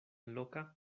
loca